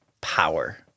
power